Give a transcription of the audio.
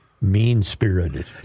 mean-spirited